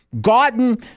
gotten